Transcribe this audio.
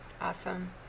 Awesome